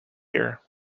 here